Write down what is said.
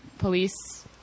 Police